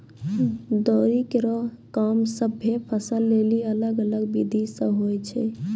दौरी केरो काम सभ्भे फसल लेलि अलग अलग बिधि सें होय छै?